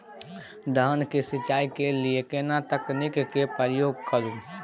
दलहन के सिंचाई के लिए केना तकनीक के प्रयोग करू?